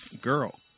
Girl